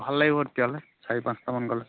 ভাল লাগিব তেতিয়াহ'লে চাৰি পাঁচটামান গ'লে